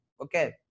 Okay